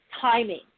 timing